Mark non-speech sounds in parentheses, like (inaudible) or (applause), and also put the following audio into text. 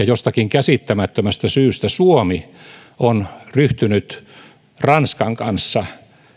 (unintelligible) jostakin käsittämättömästä syystä suomi on ryhtynyt ranskan kanssa